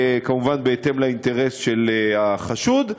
כמובן בהתאם לאינטרס של החשוד,